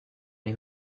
les